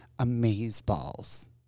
amazeballs